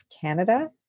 Canada